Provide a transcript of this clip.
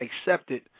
accepted